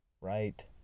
Right